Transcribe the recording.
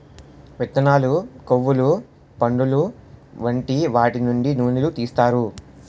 విత్తనాలు, కొవ్వులు, పండులు వంటి వాటి నుండి నూనెలు తీస్తారు